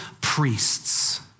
priests